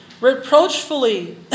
reproachfully